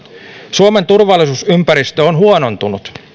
suomen turvallisuusympäristö on huonontunut